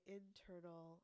internal